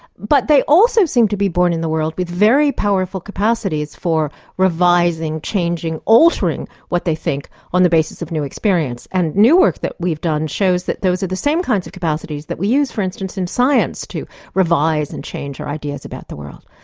but they also seem to be born in a world with very powerful capacities for revising, changing, altering what they think on the basis of new experience. and new work that we've done shows that those are the same kind of capacities that we use for instance in science to revise and change our ideas about the world.